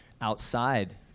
outside